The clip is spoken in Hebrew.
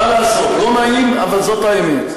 מה לעשות, לא נעים, אבל זאת האמת.